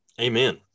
Amen